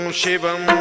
shivam